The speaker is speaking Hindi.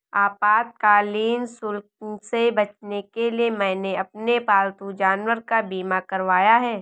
आपातकालीन शुल्क से बचने के लिए मैंने अपने पालतू जानवर का बीमा करवाया है